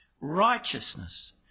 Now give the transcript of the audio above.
righteousness